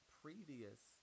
previous